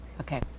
okay